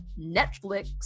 Netflix